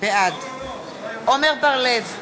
בעד עמר בר-לב,